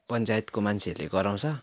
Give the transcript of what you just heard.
पञ्चायतको मान्छेहरूले गराउँछ